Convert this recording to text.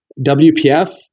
WPF